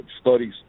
studies